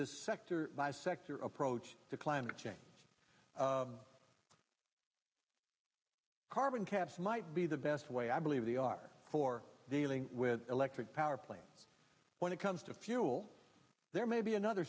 this sector by sector approach to climate change carbon caps might be the best way i believe they are for dealing with electric power plant when it comes to fuel there may be another